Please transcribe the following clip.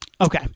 Okay